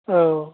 औ